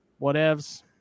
whatevs